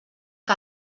que